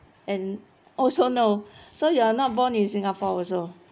and also no so you are not born in singapore also